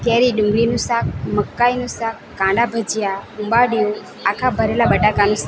કેરી ડુંગળીનું શાક મક્કાઈનું શાક કાંદા ભજીયા ઉંબાડિયું આખા ભરેલા બટાકાનું શાક